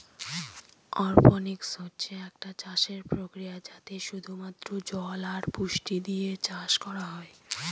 অরপনিক্স হচ্ছে একটা চাষের প্রক্রিয়া যাতে শুধু মাত্র জল আর পুষ্টি দিয়ে চাষ করা হয়